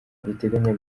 iteganya